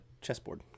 chessboard